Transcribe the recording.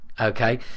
Okay